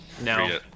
No